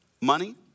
money